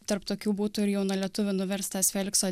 tarp tokių būtų ir jaunalietuvių nuverstas felikso